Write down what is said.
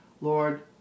lord